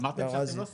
אמרתם שאתם לא סוחרים.